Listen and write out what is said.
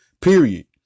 period